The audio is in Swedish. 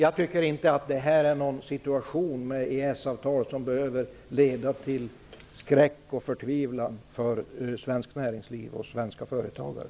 Jag tycker inte att situationen är sådan att EES avtalet behöver leda till skräck och förtvivlan för svenskt näringsliv och svenska företagare.